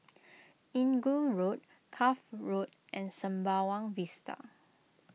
Inggu Road Cuff Road and Sembawang Vista